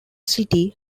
city